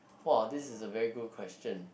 !wah! this is a very good question